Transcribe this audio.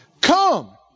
Come